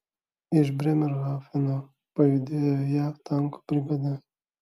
iš brėmerhafeno pajudėjo jav tankų brigada